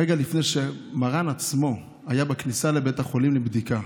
רגע לפני שמרן עצמו היה בכניסה לבית החולים לבדיקה,